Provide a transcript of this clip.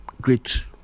great